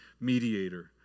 mediator